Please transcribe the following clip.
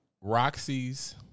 Roxy's